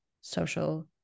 social